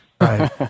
Right